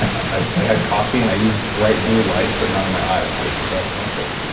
i had coffee, and i used bright blue lights, but not on my eyes. was that harmful?